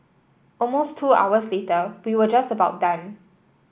almost two hours later we were just about done